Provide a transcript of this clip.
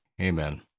amen